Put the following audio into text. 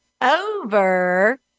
over